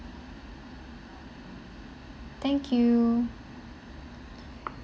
thank you